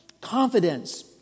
Confidence